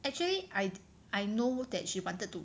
actually I I know that she wanted to